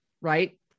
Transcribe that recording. Right